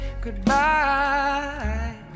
goodbye